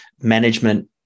management